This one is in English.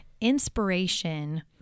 inspiration